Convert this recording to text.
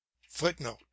Footnote